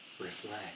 Reflect